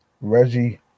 reggie